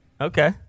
Okay